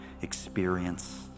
experience